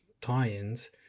tie-ins